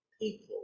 people